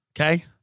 Okay